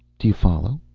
do you follow?